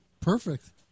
Perfect